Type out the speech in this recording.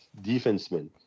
defenseman